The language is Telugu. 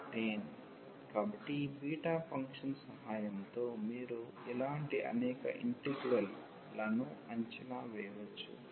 115015 కాబట్టి ఈ బీటా ఫంక్షన్ సహాయంతో మీరు ఇలాంటి అనేక ఇంటిగ్రల్ లను అంచనా వేయవచ్చు